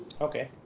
Okay